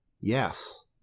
yes